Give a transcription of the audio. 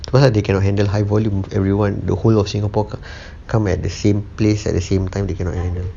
cause they cannot handle high volume everyone the whole of singapore come at the same place at the same time they cannot handle ya